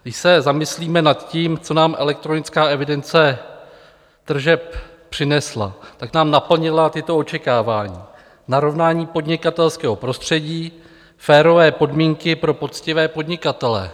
Když se zamyslíme nad tím, co nám elektronická evidence tržeb přinesla, tak nám naplnila tato očekávání: narovnání podnikatelského prostředí, férové podmínky pro poctivé podnikatele.